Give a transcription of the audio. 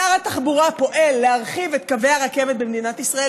שר התחבורה פועל להרחיב את קווי הרכבת במדינת ישראל,